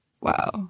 Wow